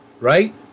right